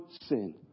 sin